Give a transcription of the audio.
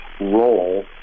role